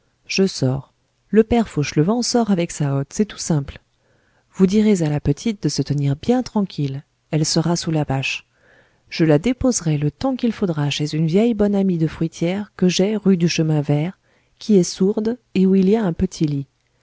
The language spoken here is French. je sors le père fauchelevent sort avec sa hotte c'est tout simple vous direz à la petite de se tenir bien tranquille elle sera sous la bâche je la déposerai le temps qu'il faudra chez une vieille bonne amie de fruitière que j'ai rue du chemin vert qui est sourde et où il y a un petit lit